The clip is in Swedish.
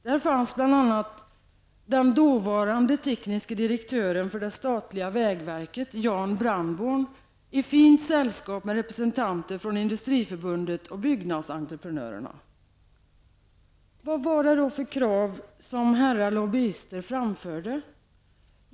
Där finns bl.a. den dåvarande tekniske direktören för det statliga vägverket, Jan Brandborn, i fint sällskap med representanter från Industriförbundet och byggnadsentreprenörerna. Vad var det då för krav herrar lobbyister framförde?